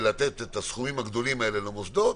להטיל את הקנס בסכומים הגדולים האלה על מוסדות,